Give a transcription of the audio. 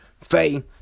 Faye